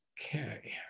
Okay